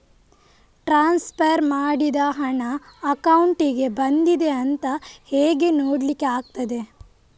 Transfer ಮಾಡಿದ ಹಣ ಅಕೌಂಟಿಗೆ ಬಂದಿದೆ ಅಂತ ಹೇಗೆ ನೋಡ್ಲಿಕ್ಕೆ ಆಗ್ತದೆ?